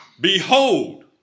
Behold